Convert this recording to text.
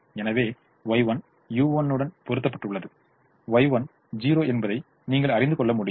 எனவே Y1 u1 உடன் பொருத்தப்பட்டுள்ளது Y1 0 என்பதை நீங்கள் அறிந்துகொள்ள முடியும்